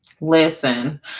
Listen